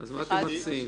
מה אתם מציעים?